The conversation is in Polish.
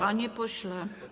Panie pośle.